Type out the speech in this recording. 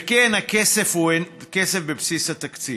וכן, הכסף הוא כסף בבסיס התקציב,